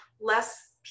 less